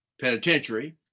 penitentiary